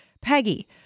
Peggy